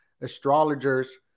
astrologers